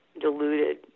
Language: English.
diluted